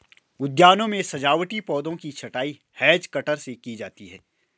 उद्यानों में सजावटी पौधों की छँटाई हैज कटर से की जाती है